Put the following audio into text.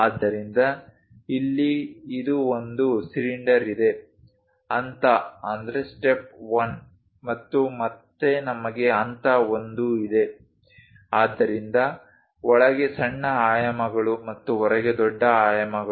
ಆದ್ದರಿಂದ ಇಲ್ಲಿ ಇದು ಒಂದು ಸಿಲಿಂಡರ್ ಇದೆ ಹಂತ 1 ಮತ್ತು ಮತ್ತೆ ನಮಗೆ ಹಂತ 1 ಇದೆ ಆದ್ದರಿಂದ ಒಳಗೆ ಸಣ್ಣ ಆಯಾಮಗಳು ಮತ್ತು ಹೊರಗೆ ದೊಡ್ಡ ಆಯಾಮಗಳು